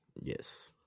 Yes